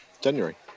January